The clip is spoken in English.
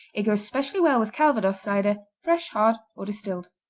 it goes specially well with calvados cider, fresh, hard or distilled.